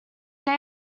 they